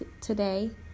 today